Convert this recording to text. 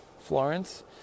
Florence